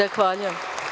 Zahvaljujem.